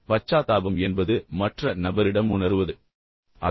பச்சாத்தாபம் என்பது மற்ற நபரிடம் உணருவது என்பது உங்களுக்கு ஏற்கனவே தெரியும்